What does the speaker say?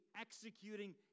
executing